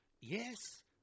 Yes